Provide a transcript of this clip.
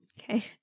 Okay